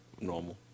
normal